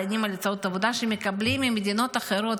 דנים על הצעות עבודה שמקבלים ממדינות אחרות.